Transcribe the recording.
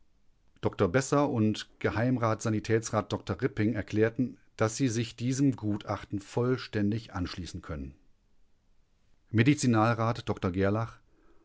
dr besser und geh sanitätsrat dr ripping erklären daß sie sich diesem gutachten vollständig anschließen können medizinalrat dr gerlach